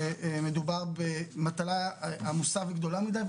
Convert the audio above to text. מדובר במטלה עמוסה וגדולה מדי,